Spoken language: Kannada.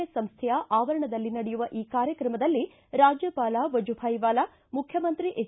ಎಸ್ ಸಂಸೈಯ ಆವರಣದಲ್ಲಿ ನಡೆಯುವ ಈ ಕಾರ್ಯಕ್ರಮದಲ್ಲಿ ರಾಜ್ಯಪಾಲ ವಜುಭಾಯ್ವಾಲಾ ಮುಖ್ಯಮಂತ್ರಿ ಎಚ್